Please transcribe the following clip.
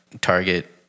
target